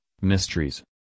Mysteries